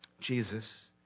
Jesus